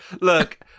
Look